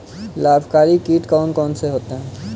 लाभकारी कीट कौन कौन से होते हैं?